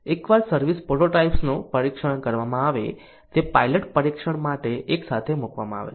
એકવાર સર્વિસ પ્રોટોટાઇપ્સનું પરીક્ષણ કરવામાં આવે તે પાઇલટ પરીક્ષણ માટે એકસાથે મૂકવામાં આવે છે